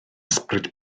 ysbryd